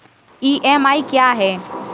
EMI क्या है?